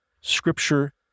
Scripture